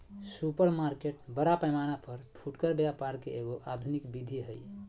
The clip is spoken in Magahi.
सुपरमार्केट बड़ा पैमाना पर फुटकर व्यापार के एगो आधुनिक विधि हइ